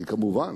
היא כמובן